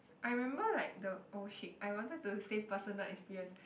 I remember like the oh shit I wanted to say personal experience